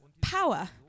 power